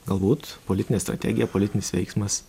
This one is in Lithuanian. galbūt politinė strategija politinis veiksmas